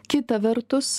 kita vertus